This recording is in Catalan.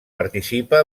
participa